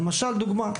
לדוגמה,